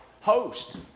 host